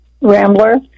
Rambler